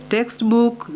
Textbook